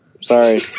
Sorry